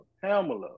Pamela